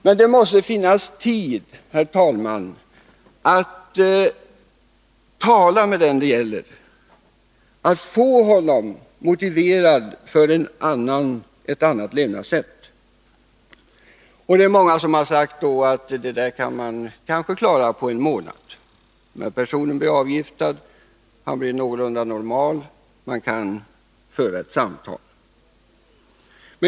Det måste dock finnas tid, herr talman, att tala med den det gäller, att få honom motiverad för ett annat levnadssätt. Det är många som sagt att man kanske kan klara detta på en månad. 123 Personen hinner bli avgiftad och någorlunda normal, och man kan föra ett samtal.